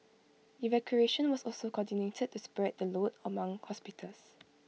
evacuation was also coordinated to spread the load among hospitals